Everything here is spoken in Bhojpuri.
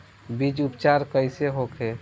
बीज उपचार कइसे होखे?